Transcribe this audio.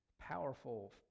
Powerful